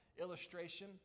illustration